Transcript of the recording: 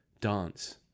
dance